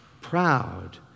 proud